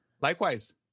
Likewise